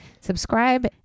Subscribe